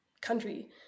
country